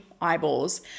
eyeballs